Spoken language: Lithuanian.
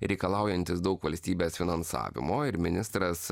reikalaujantis daug valstybės finansavimo ir ministras